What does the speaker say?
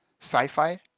sci-fi